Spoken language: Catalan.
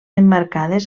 emmarcades